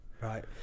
Right